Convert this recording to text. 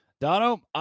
Dono